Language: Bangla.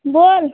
বল